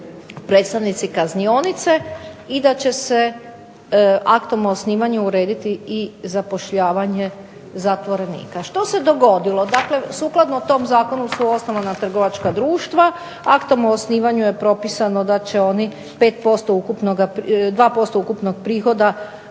predstavnici kaznionice, i da će se aktom o osnivanju urediti i zapošljavanje zatvorenika. Što se dogodilo? Dakle sukladno tom zakonu su osnovana trgovačka društva, aktom o osnivanju je propisano da će oni 5% ukupnoga,